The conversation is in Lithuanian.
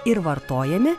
ir vartojami